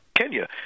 Kenya